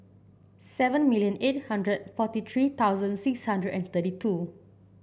seven million eight hundred forty three thousand six hundred and thirty two